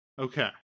Okay